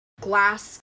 glass